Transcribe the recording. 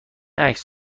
عکس